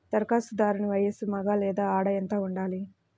ధరఖాస్తుదారుని వయస్సు మగ లేదా ఆడ ఎంత ఉండాలి?